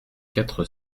quatre